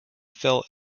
fell